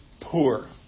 poor